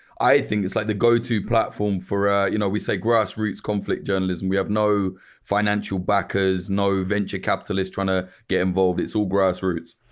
i think it's like the go-to platform for, ah you know we say grassroots conflict journalism. we have no financial backers, no venture capitalists trying to get involved. it's all grass roots.